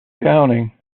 downing